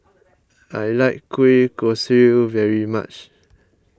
I like Kueh Kosui very much